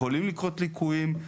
יכולים לקרות ליקויים,